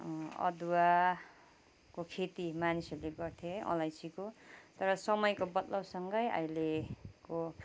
अदुवाको खेती मानिसहरूले गर्थे अलैँचीको तर समयको बदलाउसँगै अहिलेको